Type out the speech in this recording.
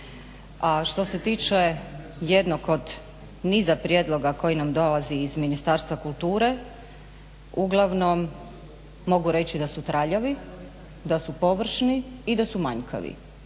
što se tiče jednog od niza prijedloga koji nam dolazi iz Ministarstva kulture uglavnom mogu reći da su traljavi, da su površni i da su manjkavi.